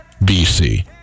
BC